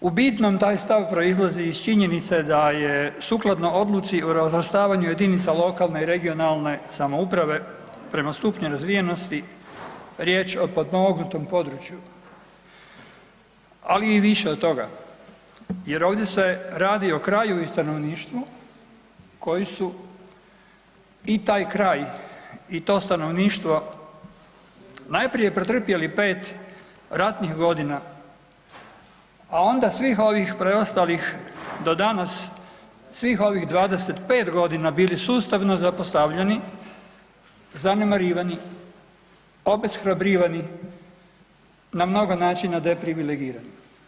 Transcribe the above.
U bitnom taj stav proizlazi iz činjenice da je sukladno odluci o razvrstavanju jedinica lokalne i regionalne samouprave prema stupnju razvijenosti riječ o potpomognutom području, ali i više o toga jer ovdje se radi o kraju i stanovništvu koji su i taj kraj i to stanovništvo najprije pretrpjeli 5 ratnih godina, a onda svim ovih preostalih do danas, svih ovih 25 godina bili sustavno zapostavljeni, zanemarivani, obeshrabrivani na mnogo načina deprivilegirani.